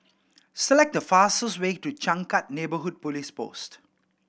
select the fastest way to Changkat Neighbourhood Police Post